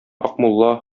акмулла